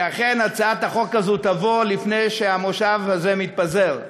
שאכן הצעת החוק הזאת תבוא לפני שהמושב הזה מתפזר.